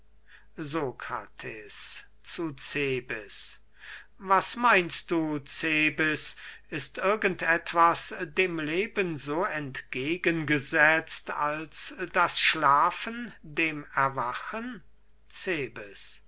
sokrates zu cebes was meinst du cebes ist irgend etwas dem leben so entgegengesetzt als das schlafen dem erwachen cebes